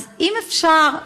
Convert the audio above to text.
אז אם אפשר,